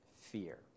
fear